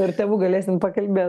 ir tėvų galėsim pakalbėt